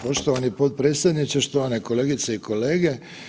Poštovani potpredsjedniče, štovane kolegice i kolege.